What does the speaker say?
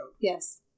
Yes